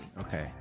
Okay